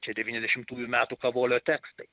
čia devyniasdešimtųjų metų kavolio tekstai